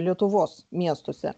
lietuvos miestuose